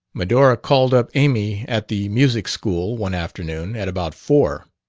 medora called up amy at the music-school, one afternoon, at about four.